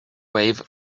wave